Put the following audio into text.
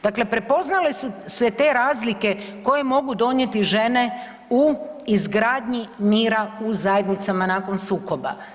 Dakle, prepoznale su se te razlike koje mogu donijeti žene u izgradnji mira u zajednicama nakon sukoba.